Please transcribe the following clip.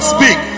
Speak